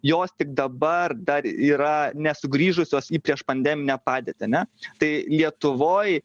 jos tik dabar dar yra nesugrįžusios į priešpandeminę padėtį ane tai lietuvoj